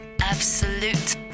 Absolute